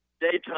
daytime